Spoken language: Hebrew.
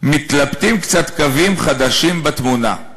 / מתבלטים קצת קווים חדשים בתמונה.